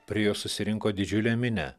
prie jo susirinko didžiulė minia